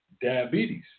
diabetes